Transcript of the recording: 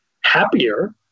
happier